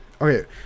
okay